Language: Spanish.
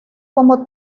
como